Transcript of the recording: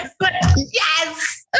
yes